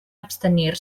abstenir